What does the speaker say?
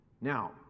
Now